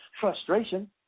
frustration